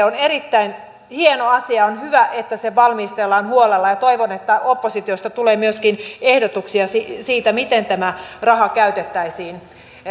on erittäin hieno asia ja on hyvä että se valmistellaan huolella ja toivon että oppositiosta tulee myöskin ehdotuksia siitä miten tämä raha käytettäisiin